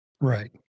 Right